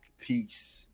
Peace